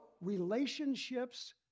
relationships